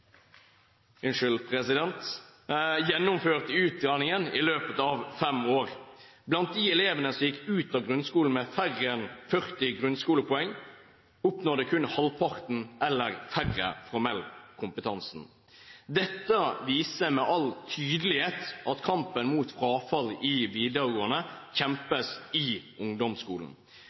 gjennomførte utdanningen i løpet av fem år. Blant de elevene som gikk ut av grunnskolen med færre enn 40 grunnskolepoeng, oppnådde kun halvparten eller færre formell kompetanse. Det viser med all tydelighet at kampen mot frafall i videregående kjempes i ungdomsskolen.